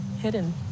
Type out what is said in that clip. hidden